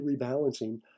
rebalancing